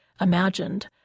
imagined